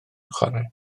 chwarae